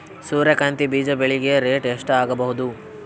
ಸೂರ್ಯ ಕಾಂತಿ ಬೀಜ ಬೆಳಿಗೆ ರೇಟ್ ಎಷ್ಟ ಆಗಬಹುದು?